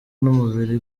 n’umubiri